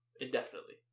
indefinitely